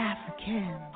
African